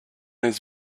his